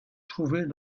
trouvait